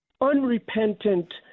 unrepentant